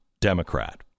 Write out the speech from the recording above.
Democrat